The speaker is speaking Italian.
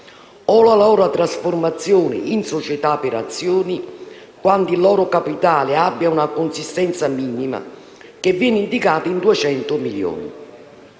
la loro trasformazione in società per azioni, quando il loro capitale abbia una consistenza minima, che viene indicata in 200 milioni.